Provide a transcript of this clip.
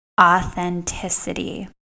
authenticity